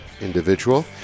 individual